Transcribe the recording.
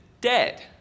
dead